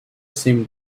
same